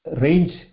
range